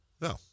No